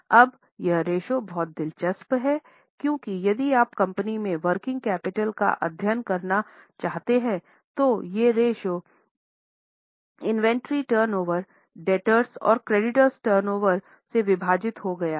अब यह रेश्यो बहुत दिलचस्प है क्योंकि यदि आप कंपनी के वर्किंग कैपिटल का अध्ययन करना चाहते हैं तो ये रेश्यो इन्वेंट्री टर्नओवरडेब्टर्स और क्रेडिटर्स टर्नओवर में विभाजित हो गया है